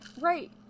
Right